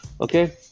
Okay